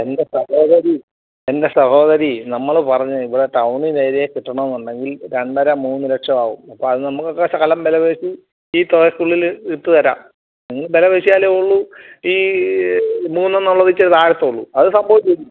എന്റെ സഹോദരി എന്റെ സഹോദരി നമ്മൾ പറഞ്ഞ് ഇവിടെ ടൌണിനേരിയേ കിട്ടണം എന്നുണ്ടെങ്കിൽ രണ്ടര മൂന്നുലക്ഷം ആവും അപ്പോൾ അത് നമുക്ക് ശകലം വില പേശി ഈ തുകയ്ക്കുള്ളിൽ ഇട്ടു തരാം വില പേശിയാലേ ഉള്ളൂ ഈ മൂന്ന് എന്നുള്ളത് ഇച്ചിരി താഴത്തോളളു അത് സംഭവം ശരിയാണ്